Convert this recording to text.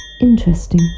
Interesting